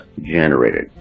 generated